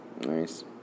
Nice